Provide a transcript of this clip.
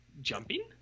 Jumping